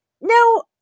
No